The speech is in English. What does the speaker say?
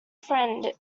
friend